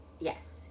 Yes